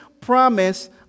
promise